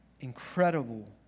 incredible